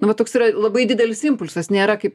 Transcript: nu va toks yra labai didelis impulsas nėra kaip